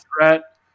threat